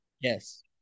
Yes